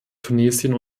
tunesien